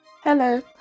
Hello